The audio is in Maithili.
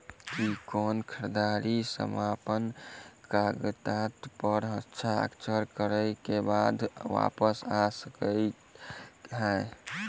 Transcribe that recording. की कोनो खरीददारी समापन कागजात प हस्ताक्षर करे केँ बाद वापस आ सकै है?